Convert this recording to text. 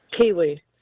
Kiwi